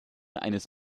eines